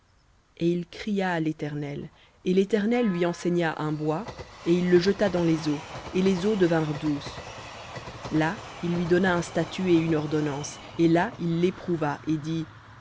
et il cria à l'éternel et l'éternel lui enseigna un bois et il le jeta dans les eaux et les eaux devinrent douces là il lui donna un statut et une ordonnance et là il l'éprouva et dit